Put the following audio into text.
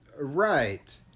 Right